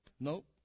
Nope